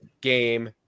game